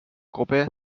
gruppe